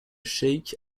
cheikh